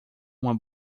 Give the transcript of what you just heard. uma